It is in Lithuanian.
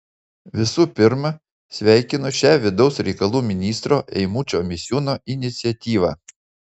visų pirma sveikinu šią vidaus reikalų ministro eimučio misiūno iniciatyvą